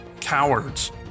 Cowards